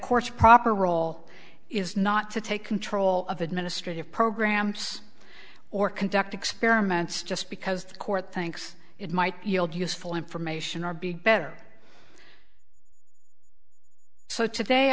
course proper role is not to take control of administrative programs or conduct experiments just because the court thinks it might yield useful information or be better so today